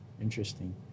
interesting